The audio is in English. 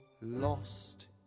lost